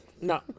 No